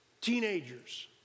Teenagers